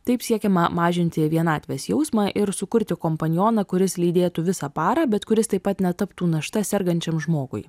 taip siekiama mažinti vienatvės jausmą ir sukurti kompanioną kuris lydėtų visą parą bet kuris taip pat netaptų našta sergančiam žmogui